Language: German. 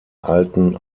alten